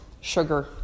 sugar